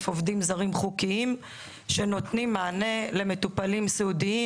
עובדים זרים חוקיים שנותנים מענה למטופלים סיעודיים.